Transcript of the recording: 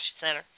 Center